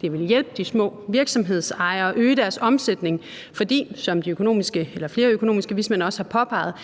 Det ville hjælpe de små virksomhedsejere, øge deres omsætning, fordi, som flere økonomiske vismænd også har påpeget,